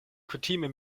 kutime